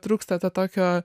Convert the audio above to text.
trūksta to tokio